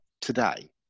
today